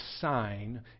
sign